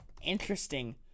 interesting